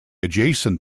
adjacent